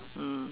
mm